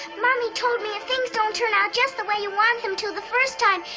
mommy told me if things don't turn out just the way you want them to the first time,